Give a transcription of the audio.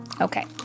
Okay